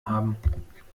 haben